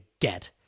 get